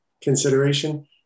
consideration